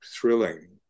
thrilling